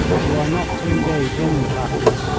you are not to engage in the battle,